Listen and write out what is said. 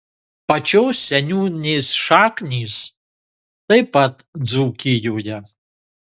pačios seniūnės šaknys taip pat dzūkijoje